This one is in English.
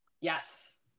Yes